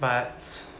but